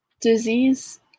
disease